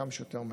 כמה שיותר מהר.